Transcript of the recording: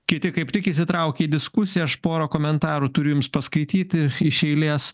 kiti kaip tik įsitraukė į diskusiją aš porą komentarų turiu jums paskaityti iš eilės